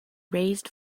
raised